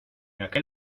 aquel